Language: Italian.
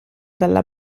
dalla